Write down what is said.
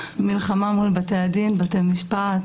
מלחמה מול בתי הדין ומול בתי המשפט,